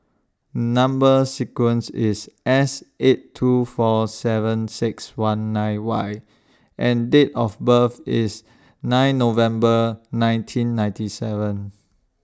Number sequence IS S eight two four seven six one nine Y and Date of birth IS nine November nineteen ninety seven